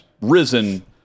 risen